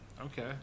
Okay